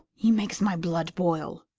he makes my blood boil!